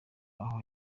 aho